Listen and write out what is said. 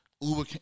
Uber